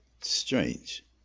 Strange